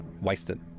Wasted